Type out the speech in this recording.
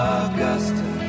Augusta